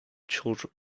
children